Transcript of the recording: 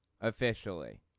officially